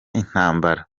intambara